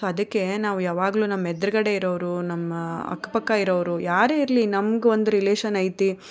so ಅದಕ್ಕೆ ನಾವು ಯಾವಾಗಲೂ ನಮ್ಮ ಎದುರುಗಡೆ ಇರೋರು ನಮ್ಮ ಅಕ್ಕಪಕ್ಕ ಇರೋರು ಯಾರೇ ಇರಲಿ ನಮಗೂ ಒಂದು ರಿಲೇಶನ್ ಐತಿ